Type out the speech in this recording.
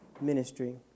ministry